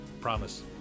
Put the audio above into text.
promise